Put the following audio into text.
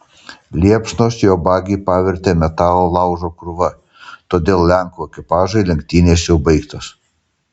liepsnos jo bagį pavertė metalo laužo krūva todėl lenkų ekipažui lenktynės jau baigtos